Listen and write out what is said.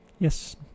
Yes